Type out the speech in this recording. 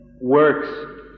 works